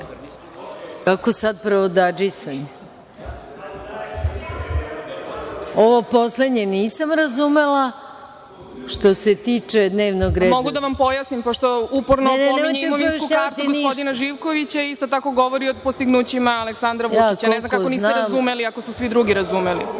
Kakvo sada provodadžisanje? Ovo poslednje nisam razumela. **Tatjana Macura** Mogu da vam pojasnim, pošto uporno pominje imovinsku kartu gospodina Živkovića i isto tako govori o postignućima Aleksandra Vučića. Ne znam kako niste razumeli ako su svi drugi razumeli,